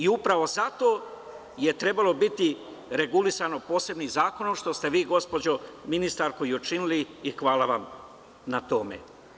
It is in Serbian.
Upravo zato je trebalo biti regulisano posebnim zakonom, što ste vi gospođo ministarko i učinili i hvala vam na tom.